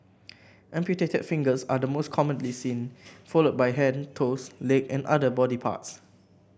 amputated fingers are the most commonly seen followed by hand toes leg and other body parts